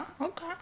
okay